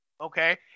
okay